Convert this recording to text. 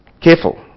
careful